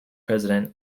president